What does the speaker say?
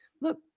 look